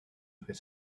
his